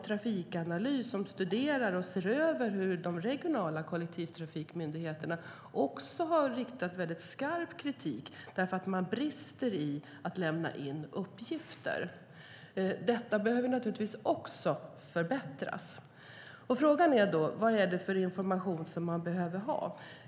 Trafikanalys, som studerar och ser över hur de regionala kollektivtrafikmyndigheterna gör, har också riktat skarp kritik mot att man brister i att lämna in uppgifter. Detta behöver naturligtvis också förbättras. Frågan är då: Vad är det för information som man behöver ha?